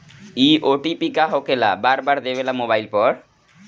इ ओ.टी.पी का होकेला बार बार देवेला मोबाइल पर?